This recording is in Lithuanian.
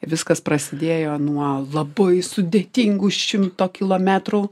viskas prasidėjo nuo labai sudėtingų šimto kilometrų